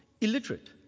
illiterate